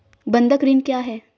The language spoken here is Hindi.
बंधक ऋण क्या है?